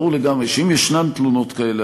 ברור לגמרי שאם ישנן תלונות כאלה,